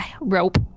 Rope